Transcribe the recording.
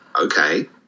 okay